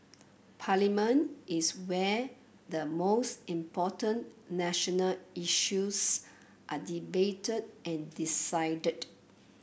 parliament is where the most important national issues are debated and decided